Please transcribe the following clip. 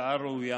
הצעה ראויה